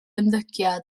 ymddygiad